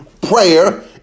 Prayer